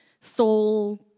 soul